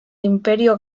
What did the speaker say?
imperio